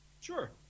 Sure